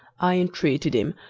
i entreated him,